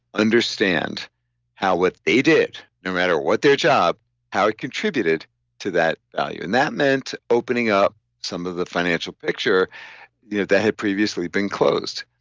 understand how what they did, no matter what their job how it contributed to that value. and that meant opening up some of the financial picture you know that had previously been closed.